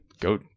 go